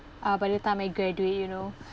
uh by the time I graduate you know